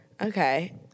Okay